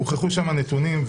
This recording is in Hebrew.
הוכחו שם נתונים,